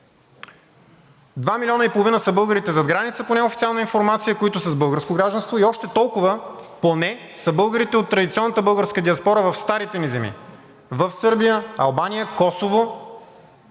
милиона и половина са българите зад граница по неофициална информация, които са с българско гражданство, и още толкова поне са българите от традиционната българска диаспора в старите ни земи: Сърбия, Албания, Косово,